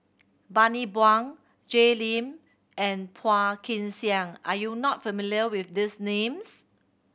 Bani Buang Jay Lim and Phua Kin Siang are you not familiar with these names